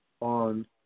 on